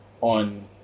on